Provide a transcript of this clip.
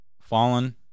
fallen